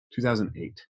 2008